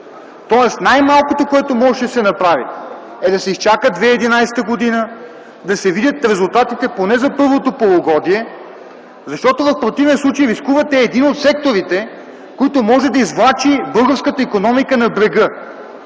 г. Най-малкото, което можеше да се направи, е да се изчака 2011 г., да се видят резултатите поне за първото полугодие, защото в противен случай рискувате един от секторите, който може да извлачи българската икономика на брега